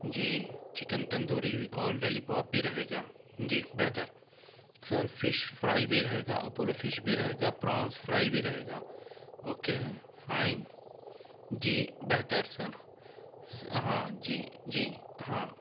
جی chicken tandoori بھی اور lollipop بھی رہے گا جی بہتر سر فش فرائی بھی رہے گا اپولو فش بھی رہے گا پرانس فرائی بھی رہے گا اوکے فائن جی بہتر سر ہاں جی جی ہاں